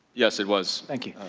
yes, it was.